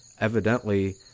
evidently